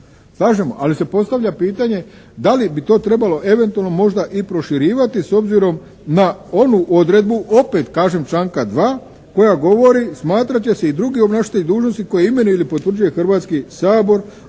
slažemo ali se postavlja pitanje da li bi to trebalo eventualno, možda i proširivati s obzirom na onu odredbu opet kažem članka 2. koja govori, smatrat će se i drugi obnašatelji dužnosti koje imenuje ili potvrđuje hrvatski Sabor,